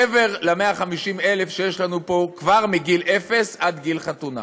מעבר ל-150,000 שיש לנו פה כבר מגיל אפס עד גיל חתונה?